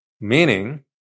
Meaning